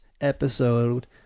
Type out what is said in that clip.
episode